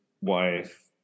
wife